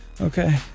okay